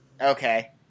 Okay